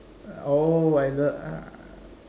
oh either uh